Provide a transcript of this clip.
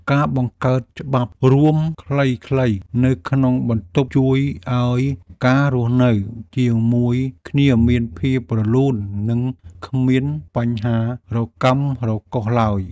ការបង្កើតច្បាប់រួមខ្លីៗនៅក្នុងបន្ទប់ជួយឱ្យការរស់នៅជាមួយគ្នាមានភាពរលូន និងគ្មានបញ្ហារកាំរកូសឡើយ។